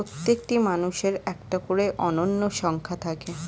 প্রত্যেকটি মানুষের একটা করে অনন্য সংখ্যা থাকে